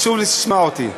חשוב לי שתשמע אותי.